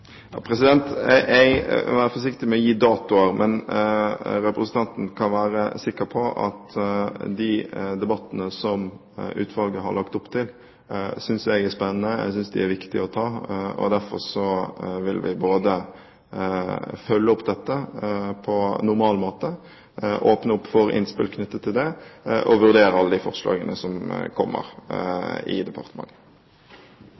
Jeg vil være forsiktig med å gi datoer, men representanten kan være sikker på at jeg synes de debattene som utvalget har lagt opp til, er spennende. Jeg synes de er viktige å ta, og derfor vil vi både følge opp dette på normal måte, åpne opp for innspill knyttet til det og vurdere alle de forslagene som kommer